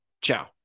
Ciao